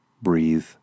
breathe